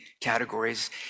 categories